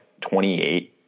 28